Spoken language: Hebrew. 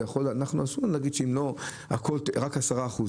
אנחנו אסור לנו להגיד שהכול רק עשרה אחוז,